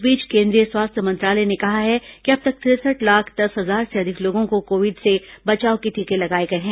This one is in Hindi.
इस बीच केंद्रीय स्वास्थ्य मंत्रालय ने कहा है कि अब तक तिरसठ लाख दस हजार से अधिक लोगों को कोविड से बचाव के टीके लगाये गए हैं